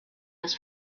das